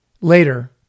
Later